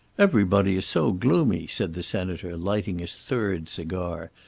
everybody is so gloomy, said the senator, lighting his third cigar.